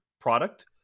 product